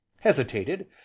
hesitated